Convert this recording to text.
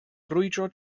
brwydro